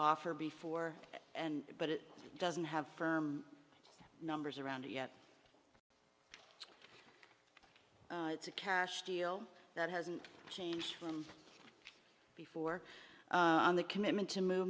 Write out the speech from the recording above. offer before and but it doesn't have firm numbers around it yet it's a cash deal that hasn't changed from before the commitment to move